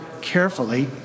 carefully